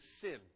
sin